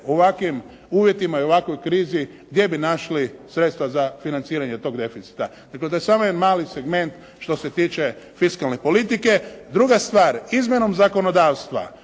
ovakvim uvjetima i u ovakvoj krizi gdje bi našli sredstva za financiranje tog deficita. Dakle, to je samo jedan mali segment što se tiče fiskalne politike. Druga stvar, izmjenom zakonodavstva,